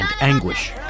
anguish